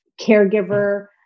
caregiver